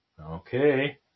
Okay